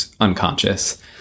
unconscious